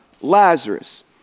Lazarus